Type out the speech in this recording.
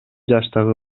жаштагы